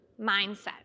mindset